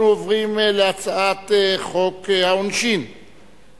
אנחנו עוברים להצעת חוק העונשין (תיקון מס' 111),